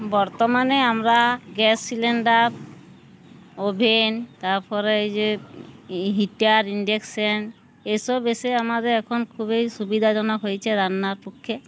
বর্তমানে আমরা gas cylinder oven তারপরে এই যে হিটার ইন্ডাকশান এসব এসে আমাদের এখন খুবই সুবিধাজনক হয়েছে রান্নার পক্ষে